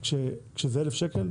כשזה 1,000 שקל,